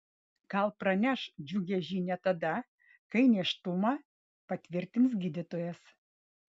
gal praneš džiugią žinią tada kai nėštumą patvirtins gydytojas